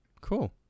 Cool